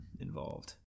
involved